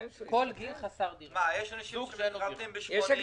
אם יש זוג אנשים שהתחתנו בגיל 80,